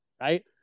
Right